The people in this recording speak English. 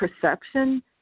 perception